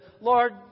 Lord